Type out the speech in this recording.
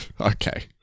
Okay